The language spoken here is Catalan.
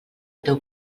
teu